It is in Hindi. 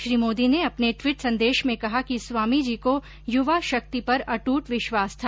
श्री मोदी ने अपने टवीट संदेश में कहा कि स्वामी जी को युवा शक्ति पर अट्ट विश्वास था